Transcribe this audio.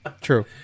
true